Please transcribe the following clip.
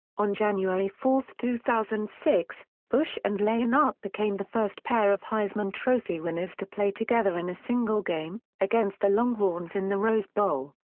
on january four, two thousand and six, bush and leinart became the first pair of heisman trophy winners to play together in a single game, against the longhorns in the rose bowl.